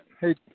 hey